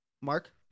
mark